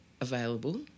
available